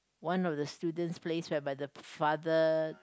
one of the students place whereby the father